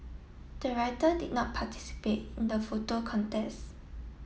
the writer did not participate in the photo contest